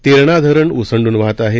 तेरणा धरण ओसंडून वाहत आहे